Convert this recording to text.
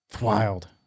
Wild